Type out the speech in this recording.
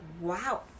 wow